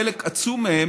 חלק עצום מהם,